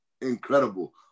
incredible